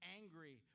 angry